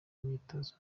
imyitozo